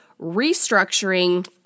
restructuring